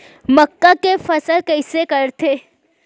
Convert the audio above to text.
मक्का के फसल कइसे करथे?